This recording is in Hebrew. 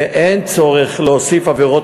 ואין צורך להוסיף עבירת